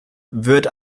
wird